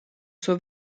suo